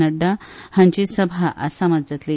नड्डा हांची सभा आसामात जातली